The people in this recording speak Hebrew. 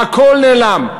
הכול נעלם.